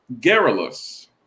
garrulous